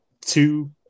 two